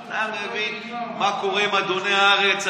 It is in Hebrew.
אתה מבין מה קורה עם אדוני הארץ,